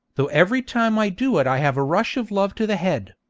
though every time i do it i have a rush of love to the head.